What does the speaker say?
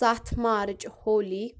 ستھ مارچ ہولی